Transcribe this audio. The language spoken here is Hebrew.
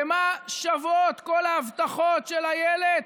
ומה שוות כל ההבטחות של אילת?